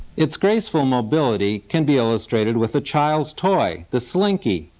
its graceful mobility can be illustrated with a child's toy, the slinky.